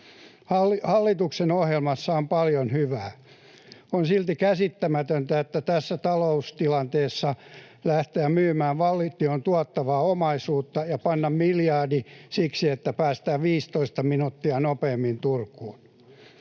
Hallituksen ohjelmassa on paljon hyvää. On silti käsittämätöntä tässä taloustilanteessa lähteä myymään valtion tuottavaa omaisuutta ja panna miljardi siihen, että päästään 15 minuuttia nopeammin Turkuun.